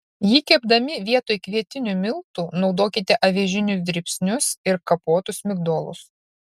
jį kepdami vietoj kvietinių miltų naudokite avižinius dribsnius ir kapotus migdolus